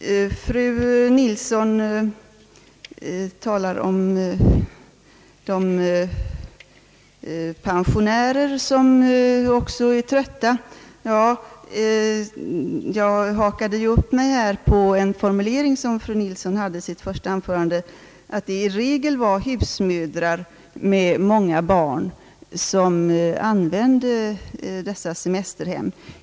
Fru Nilsson talade vidare om de pensionärer som också är trötta. Jag fäste mig vid en formulering i fru Nilssons första anförande, där hon sade att det i regel var husmödrar med många barn som använde ifrågavarande semesterhem.